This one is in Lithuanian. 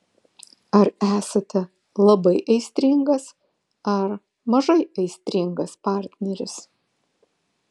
ar esate labai aistringas ar mažai aistringas partneris